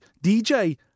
DJ